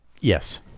Yes